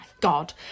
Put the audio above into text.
God